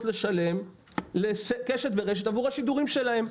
לשלם לקשת ורשת עבור השידורים שלהם.